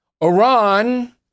Iran